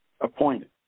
appointed